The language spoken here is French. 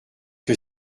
que